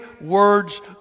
words